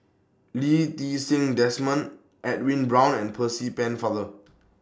Lee Ti Seng Desmond Edwin Brown and Percy Pennefather